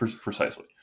precisely